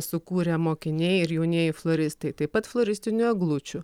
sukūrė mokiniai ir jaunieji floristai taip pat floristinių eglučių